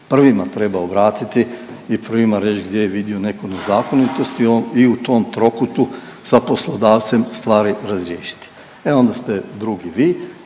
prvima treba obratiti i prvima reći gdje je vidio neku nezakonitost i u tom trokutu sa poslodavcem stvari razriješiti. E onda ste drugi vi